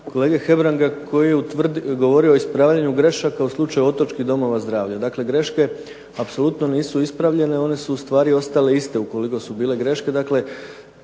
kolege Hebranga koji je govorio o ispravljanju grešaka u slučaju otočkih domova zdravlja. Dakle greške apsolutno nisu ispravljene, one su ustvari ostale iste, ukoliko su bile greške,